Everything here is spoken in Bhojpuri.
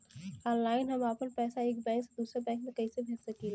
ऑनलाइन हम आपन पैसा एक बैंक से दूसरे बैंक में कईसे भेज सकीला?